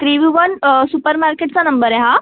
त्रिभुवन super मार्केटचा number आहे हा